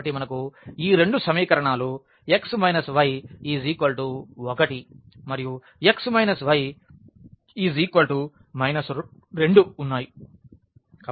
కాబట్టి మనకు ఈ రెండు సమీకరణాలు x y 1 మరియు x y 2 ఉన్నాయి